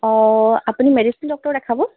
অ আপুনি medicine doctor দেখাব